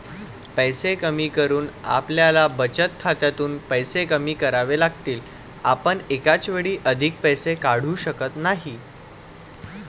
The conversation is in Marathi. पैसे कमी करून आपल्याला बचत खात्यातून पैसे कमी करावे लागतील, आपण एकाच वेळी अधिक पैसे काढू शकत नाही